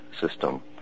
system